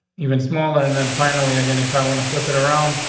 even smaller. and then finally, again, if i want to flip it around,